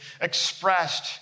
expressed